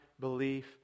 belief